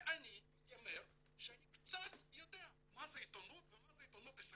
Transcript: אני מתיימר שאני קצת יודע מה זה עיתונות ומה זה עיתונות ישראלית.